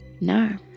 No